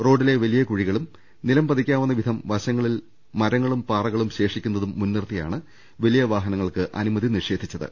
റോഡിലെ വലിയ കുഴികളും നിലംപതിക്കാവുന്നവിധം വശ ങ്ങ ളിൽ മരങ്ങളും പാറകളും ശേഷിക്കു ന്നതും മുൻനിർത്തിയാണ് വലിയ വാഹനങ്ങൾക്ക് അനുമതി നിഷേധിച്ച ത്